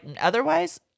otherwise